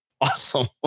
awesome